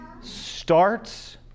starts